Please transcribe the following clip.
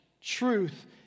truth